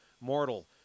mortal